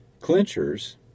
clinchers